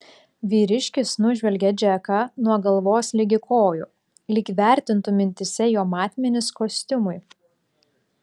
vyriškis nužvelgė džeką nuo galvos ligi kojų lyg vertintų mintyse jo matmenis kostiumui